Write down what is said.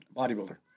bodybuilder